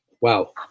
wow